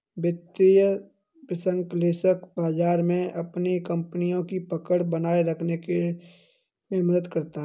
वित्तीय विश्लेषक बाजार में अपनी कपनियों की पकड़ बनाये रखने में मदद करते हैं